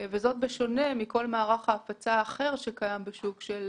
זאת בשונה מכל מערך ההפצה האחר שקיים בשוק של